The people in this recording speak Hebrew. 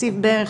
זה יוצא,